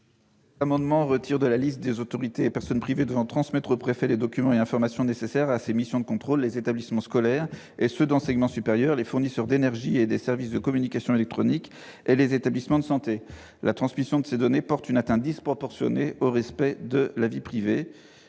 amendement vise à retirer de la liste des autorités et personnes privées devant transmettre au préfet les documents et informations nécessaires à ses missions de contrôle les établissements scolaires et d'enseignement supérieur, les fournisseurs d'énergie et services de communications électroniques et les établissements de santé. En effet, la transmission de ces données porte une atteinte disproportionnée au respect de la vie privée.